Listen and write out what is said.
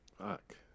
Fuck